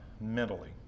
mentally